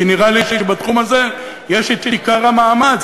כי נראה לי שבתחום הזה ישנו עיקר המאמץ,